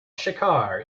shekhar